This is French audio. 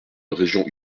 région